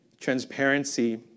transparency